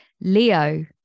leo